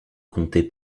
compter